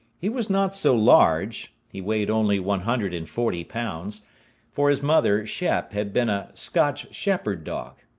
he was not so large he weighed only one hundred and forty pounds for his mother, shep, had been a scotch shepherd dog.